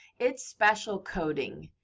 it's special coding.